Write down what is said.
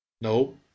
No